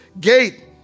gate